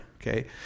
okay